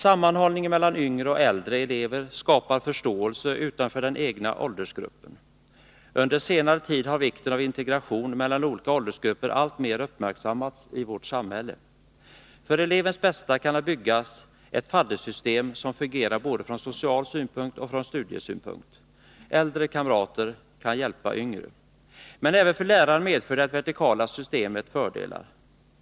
Sammanhållningen mellan yngre och äldre elever skapar förståelse utanför den egna åldersgruppen. Under senare tid har vikten av integration mellan olika åldersgrupper alltmer uppmärksammats i vårt samhälle. För elevens bästa kan det byggas ett faddersystem som fungerar både från social synpunkt och från studiesynpunkt; äldre kamrater kan hjälpa yngre. Men även för lärarna medför det vertikala systemet fördelar.